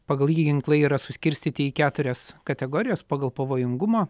pagal jį ginklai yra suskirstyti į keturias kategorijas pagal pavojingumą